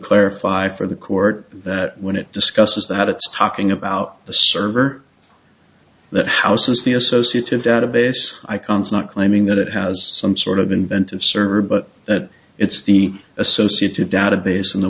clarify for the court that when it discusses that it's talking about the server that houses the associates of that of s icons not claiming that it has some sort of inventive server but that it's the associated database in the